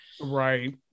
Right